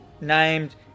named